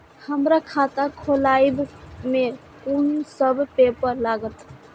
हमरा खाता खोलाबई में कुन सब पेपर लागत?